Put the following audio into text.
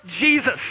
Jesus